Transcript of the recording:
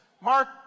Mark